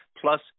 plus